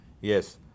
yes